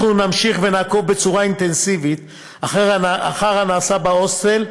אנחנו נמשיך ונעקוב בצורה אינטנסיבית אחר הנעשה בהוסטל,